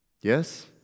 Yes